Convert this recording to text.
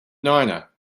niner